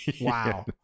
Wow